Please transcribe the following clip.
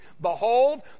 Behold